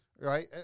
right